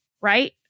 right